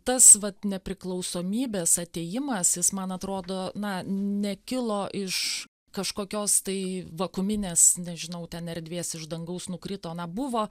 tas vat nepriklausomybės atėjimas jis man atrodo na nekilo iš kažkokios tai vakuuminės nežinau ten erdvės iš dangaus nukrito na buvo